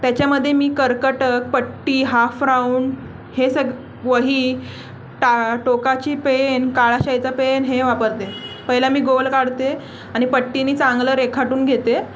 त्याच्यामधे मी कर्कटक पट्टी हाफ राऊंड हे सग वही टा टोकाची पेन काळाशाईचा पेन हे वापरते पहिला मी गोल काढते आणि पट्टीने चांगलं रेखाटून घेते